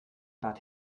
bad